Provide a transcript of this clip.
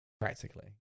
practically